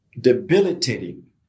debilitating